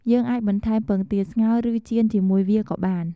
យើងអាចបន្ថែមពងទាស្ងោរ ឬចៀនជាមួយវាក៏បាន។